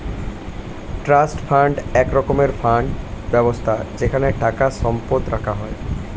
trust fund এক রকমের fund ব্যবস্থা যেখানে টাকা সম্পদ রাখা হয়